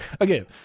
Again